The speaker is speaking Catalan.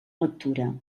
lectura